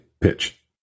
pitch